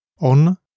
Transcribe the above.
on